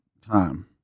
time